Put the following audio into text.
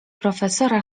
profesora